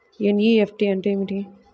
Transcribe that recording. NEFT అంటే ఏమిటీ?